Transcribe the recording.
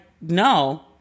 no